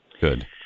good